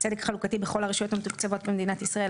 (צדק חלוקתי בכל הרשויות המתוקצבות במדינת ישראל),